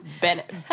Bennett